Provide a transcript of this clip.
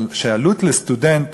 ועלות של סטודנט,